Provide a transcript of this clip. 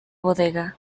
bodega